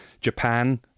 Japan